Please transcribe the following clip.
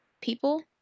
people